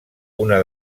una